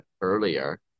earlier